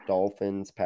Dolphins